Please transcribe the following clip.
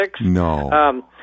No